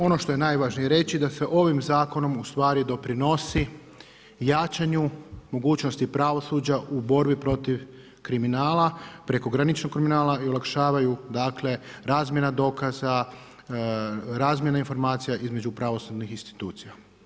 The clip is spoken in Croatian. Ono što je najvažnije reći, da se ovim zakonom ustvari doprinosi jačanju mogućnosti pravosuđa u borbi protiv kriminala prekograničnog kriminala i olakšavaju dakle, razmjena dokaza, razmjena informacija između pravosudnih institucija.